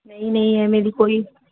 ਨਹੀਂ ਨਹੀਂ ਐਵੇਂ ਦੀ ਕੋਈ